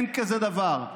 אין כזה דבר.